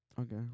Okay